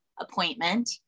appointment